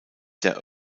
der